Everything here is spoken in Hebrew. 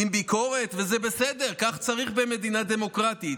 עם ביקורת, וזה בסדר, כך צריך במדינה דמוקרטית,